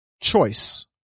choice